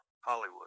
Hollywood